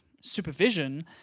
supervision